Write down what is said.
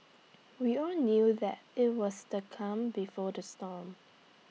we all knew that IT was the calm before the storm